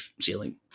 ceiling